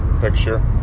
picture